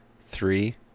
Three